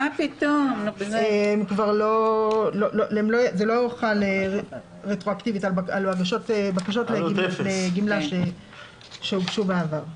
זה לא חל רטרואקטיבית על בקשות לגמלה שהוגשו בעבר.